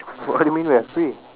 what you mean we are free